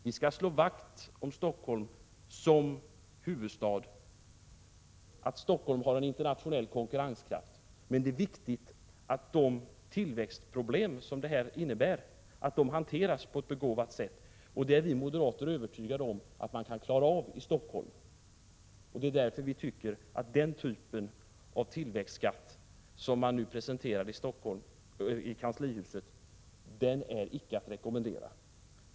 Vi skall slå vakt om Stockholm som huvudstad och se till att Stockholm har en internationell konkurrenskraft. Men det är viktigt att de tillväxtproblem som detta innebär hanteras på ett begåvat sätt. Det är vi moderater övertygade om att man kan klara av i Stockholm. Därför tycker vi att den typ av tillväxtskatt som man nu presenterar i kanslihuset icke är att rekommendera.